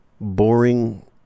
boring